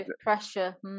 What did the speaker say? pressure